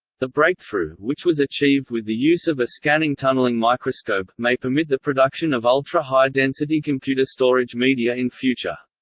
the breakthrough, which was achieved with the use of a scanning tunnelling microscope, may permit the production of ultra-high-density computer storage media in future.